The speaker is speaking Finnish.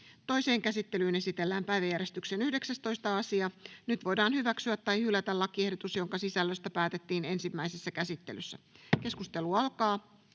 Toiseen käsittelyyn esitellään päiväjärjestyksen 11. asia. Nyt voidaan hyväksyä tai hylätä lakiehdotus, jonka sisällöstä päätettiin ensimmäisessä käsittelyssä. — Keskustelu alkaa.